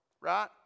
Right